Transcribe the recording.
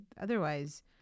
otherwise